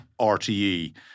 RTE